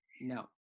no